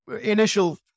initial